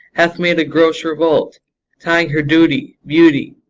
hath made a gross revolt tying her duty, beauty,